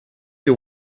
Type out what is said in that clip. you